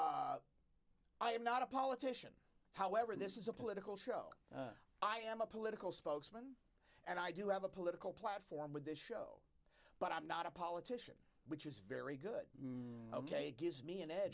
ok i am not a politician however this is a political show i am a political spokesman and i do have a political platform with this show but i'm not a politician which is very good ok it gives me an edge